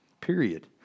period